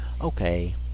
okay